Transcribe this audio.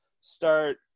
start